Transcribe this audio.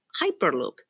Hyperloop